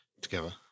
together